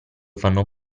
fanno